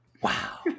Wow